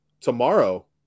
tomorrow